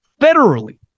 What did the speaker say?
federally